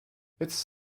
its